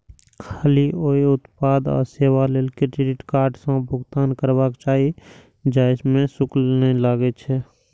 खाली ओइ उत्पाद आ सेवा लेल क्रेडिट कार्ड सं भुगतान करबाक चाही, जाहि मे शुल्क नै लागै छै